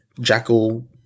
jackal